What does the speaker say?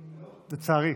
לצערי.